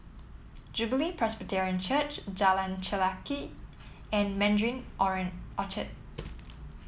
Jubilee Presbyterian Church Jalan Chelagi and Mandarin orange Orchard